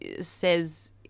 says